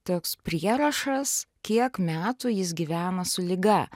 toks prierašas kiek metų jis gyvena su liga